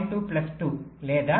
2 plus 2 లేదా 3